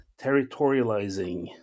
territorializing